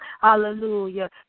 Hallelujah